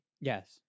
yes